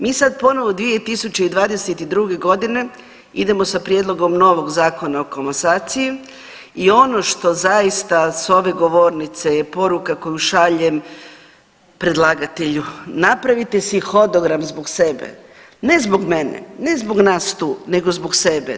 Mi sad ponovo 2022.g. idemo sa prijedlogom novog Zakona o komasaciji i ono što zaista s ove govornice je poruka koju šaljem predlagatelju, napravite si hodogram zbog sebe, ne zbog mene, ne zbog nas tu, nego zbog sebe.